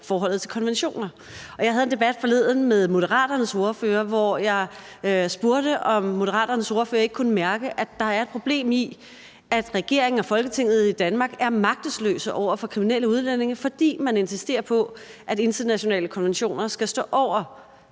forholdet til konventioner, og jeg havde en debat forleden med Moderaternes ordfører , hvor jeg spurgte, om Moderaternes ordfører ikke kunne mærke, at der er et problem i, at regeringen og Folketinget i Danmark er magtesløse over for kriminelle udlændinge, fordi man insisterer på, at internationale konventioner skal stå over